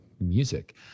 Music